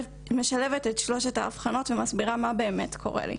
שמשלבת את שלוש האבחנות ומסבירה מה באמת קורה לי.